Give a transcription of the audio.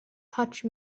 touch